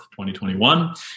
2021